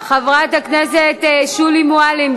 חברת הכנסת שולי מועלם,